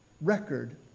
Record